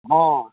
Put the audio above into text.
हाँ